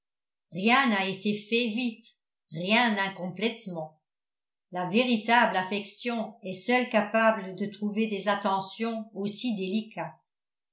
rien n'a été fait vite rien incomplètement la véritable affection est seule capable de trouver des attentions aussi délicates